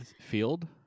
field